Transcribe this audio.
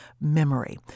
memory